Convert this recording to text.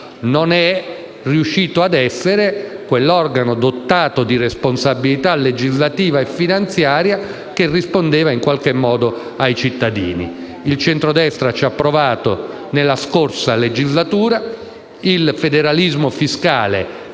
non è riuscita ad essere quell'organo dotato di responsabilità legislativa e finanziaria che rispondesse in qualche misura ai cittadini. Il centrodestra ci ha provato nella scorsa legislatura. Il federalismo fiscale